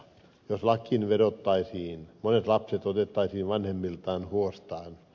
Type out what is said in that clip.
jos lakiin vedottaisiin monet lapset otettaisiin vanhemmiltaan huostaan